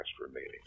remaining